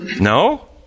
No